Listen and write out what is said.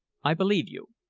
i believe you.